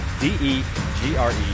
D-E-G-R-E